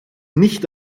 nicht